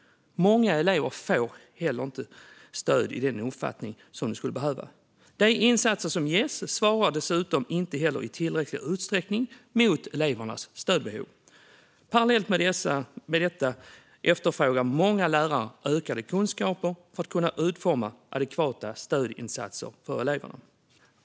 Många elever får inte heller stöd i den omfattning som de skulle behöva. De insatser som ges svarar dessutom inte heller i tillräcklig utsträckning mot elevernas stödbehov. Parallellt med detta efterfrågar många lärare ökade kunskaper för att kunna utforma adekvata stödinsatser till eleverna.